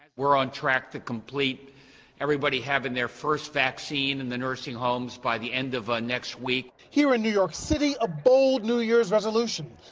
we're on track to complete everybody having their first vaccine in the nursing homes, by the end of ah next week. reporter here, in new york city, a bold, new year's resolution.